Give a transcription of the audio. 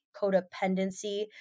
codependency